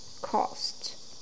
cost